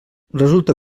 resulta